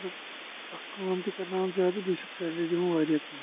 مطلب اکھ کٲم تہِ کَرناوان زیادٕ بیٚیہِ چھکھ سیلری دِوان واریاہ کَم